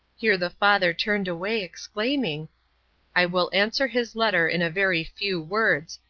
here the father turned away, exclaiming i will answer his letter in a very few words,